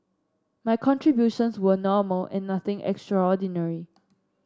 my contributions were normal and nothing extraordinary